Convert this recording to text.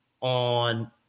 on